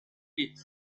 pit